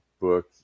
book